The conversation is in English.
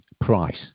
price